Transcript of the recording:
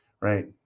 right